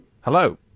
Hello